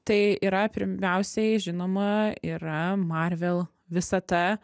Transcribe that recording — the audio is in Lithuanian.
tai yra pirmiausiai žinoma yra marvel visata